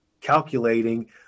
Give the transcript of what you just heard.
calculating